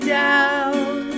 down